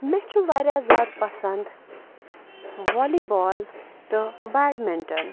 مےٚ چھُ واریاہ زیادٕ پَسنٛد والی بال تہٕ بیڈمِنٹَن